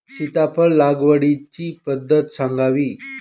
सीताफळ लागवडीची पद्धत सांगावी?